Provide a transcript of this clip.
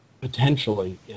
potentially